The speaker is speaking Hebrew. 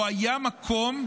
לא היה מקום,